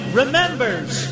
remembers